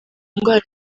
indwara